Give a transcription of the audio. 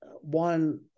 One